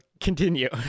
continue